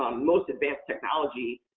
um most advanced technology.